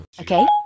Okay